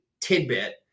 Tidbit